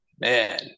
Man